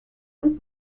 und